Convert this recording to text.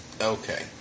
Okay